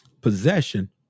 possession